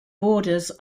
borders